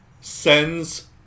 sends